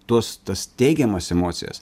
tuos tas teigiamas emocijas